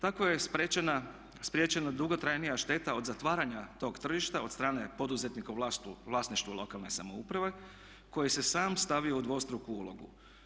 Tako je spriječena dugotrajnija šteta od zatvaranja tog tržišta od strane poduzetnika u vlasništvu lokalne samouprave koji se sam stavio u dvostruku ulogu.